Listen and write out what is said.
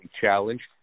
challenged